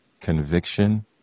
conviction